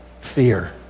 fear